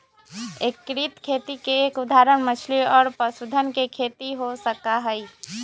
एकीकृत खेती के एक उदाहरण मछली और पशुधन के खेती हो सका हई